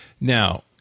Now